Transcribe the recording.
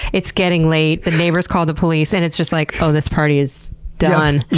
it's getting late, the neighbors call the police and it's just like, oh, this party is done.